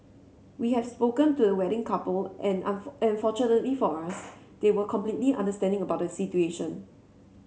we have spoken to the wedding couple and fortunately for us they were completely understanding about the situation